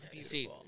see